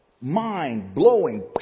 Mind-blowing